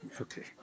okay